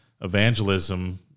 evangelism